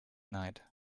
night